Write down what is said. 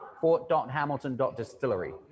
fort.hamilton.distillery